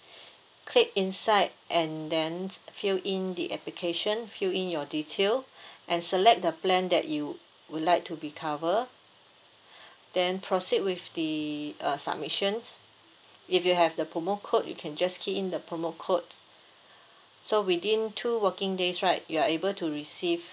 click inside and then fill in the application fill in your detail and select the plan that you would like to be cover then proceed with the uh submissions if you have the promo code you can just key in the promo code so within two working days right you are able to receive